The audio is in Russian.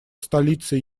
столицей